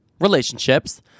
relationships